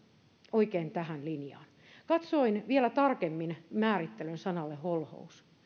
oikein tähän linjaan katsoin vielä tarkemmin määrittelyn sanalle holhous